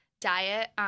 diet